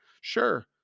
Sure